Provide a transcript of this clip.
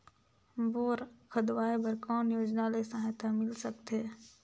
Bore खोदवाय बर कौन योजना ले सहायता मिल सकथे?